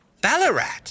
Ballarat